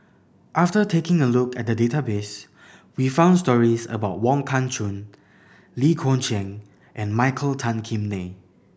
after taking a look at the database we found stories about Wong Kah Chun Lee Kong Chian and Michael Tan Kim Nei